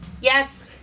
Yes